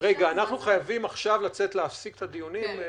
אנחנו חייבים להפסיק עכשיו את הדיונים?